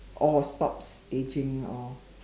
or stops ageing or